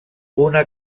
una